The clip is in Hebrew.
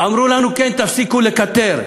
אמרו לנו, כן, תפסיקו לקטר.